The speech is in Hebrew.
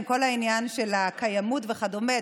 עם כל העניין של הקיימות וכדומה,